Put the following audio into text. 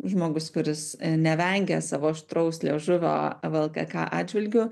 žmogus kuris nevengia savo aštraus liežuvio vlkk atžvilgiu